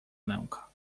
męka